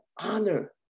honor